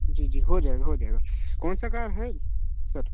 जी जी हो जाएगा हो जाएगा कौनसा कार है सर